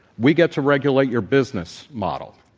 we get to regulate your business model.